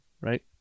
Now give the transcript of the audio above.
right